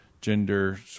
gender